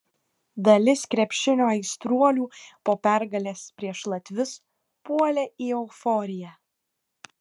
dalis krepšinio aistruolių po pergalės prieš latvius puolė į euforiją